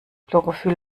chlorophyll